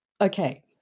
Okay